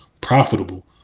profitable